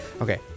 Okay